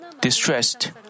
distressed